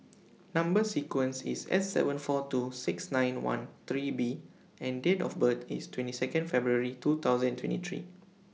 Number sequence IS S seven four two six nine one three B and Date of birth IS twenty Second February two thousand twenty three